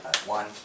One